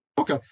Okay